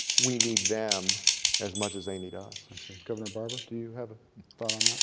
we need them as much as they need us. and so governor barbour, do you have a